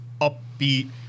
upbeat